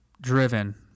driven